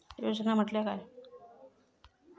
योजना म्हटल्या काय?